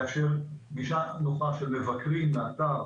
לאפשר גישה נוחה של מבקרים באתר